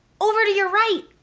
over to your right!